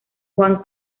juan